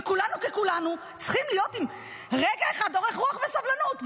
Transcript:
וכולנו ככולנו צריכים להיות רגע אחד עם אורך רוח וסבלנות.